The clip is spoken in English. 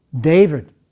David